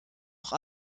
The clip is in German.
auch